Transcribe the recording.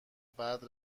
بعد